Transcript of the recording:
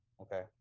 Okay